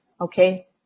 okay